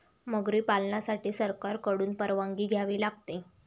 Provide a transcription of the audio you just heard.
मगरी पालनासाठी सरकारकडून परवानगी घ्यावी लागते